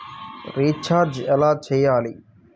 Recharge ఎలా చెయ్యాలి?